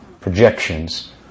projections